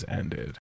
ended